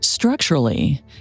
Structurally